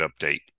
update